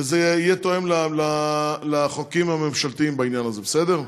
וזה יתאם את החוקים הממשלתיים בעניין הזה, בסדר?